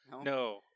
No